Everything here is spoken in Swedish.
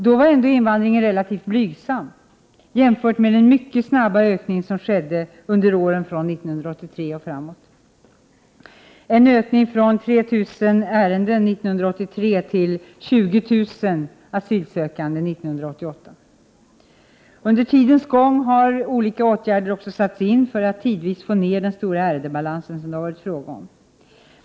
Då var ändå invandringen relativt blygsam jämfört med den mycket snabba ökning som skedde under åren från 1983 och framåt, en ökning från 3 000 ärenden år 1983 till 20 000 ärenden år 1988. Under tidens gång har olika åtgärder satts in för att få ned de stora ärendebalanser som det har varit fråga om.